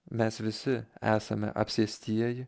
mes visi esame apsėstieji